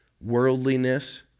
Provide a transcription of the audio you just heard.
Worldliness